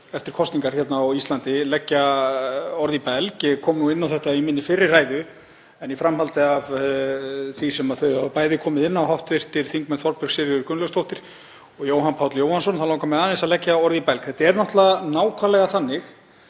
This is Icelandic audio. eftir kosningar hér á Íslandi, leggja orð í belg. Ég kom inn á þetta í minni fyrri ræðu en í framhaldi af því sem þau hafa bæði komið inn á, hv. þingmenn Þorbjörg Sigríður Gunnlaugsdóttir og Jóhann Páll Jóhannsson, þá langar mig aðeins að leggja orð í belg. Þetta er náttúrlega nákvæmlega þannig